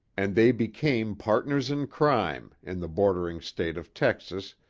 and they became partners in crime, in the bordering state of texas,